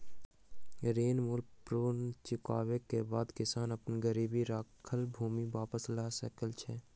ऋण मूल्य पूर्ण चुकबै के बाद किसान अपन गिरवी राखल भूमि वापस लअ सकै छै